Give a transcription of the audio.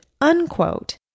Unquote